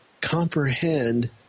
comprehend